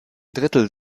drittel